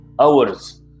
hours